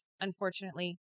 Unfortunately